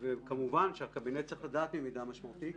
וכמובן שהקבינט צריך לדעת ממידע משמעותי,